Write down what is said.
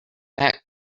back